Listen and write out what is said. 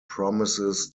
promises